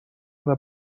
بعدش